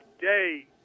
day